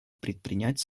предпринять